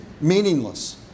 meaningless